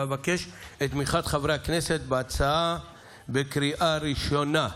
ואבקש את תמיכת חברי הכנסת בהצעה בקריאה ראשונה.